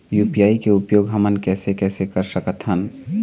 UPI के उपयोग हमन कैसे कैसे कर सकत हन?